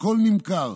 הכול נמכר.